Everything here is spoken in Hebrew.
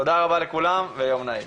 תודה רבה לכולם ויום נעים.